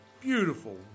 beautiful